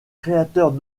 créateurs